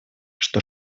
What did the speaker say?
что